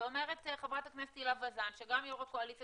ואומרת חברת הכנסת הילה וזאן שגם יושב ראש הקואליציה